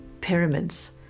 pyramids